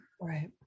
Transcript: Right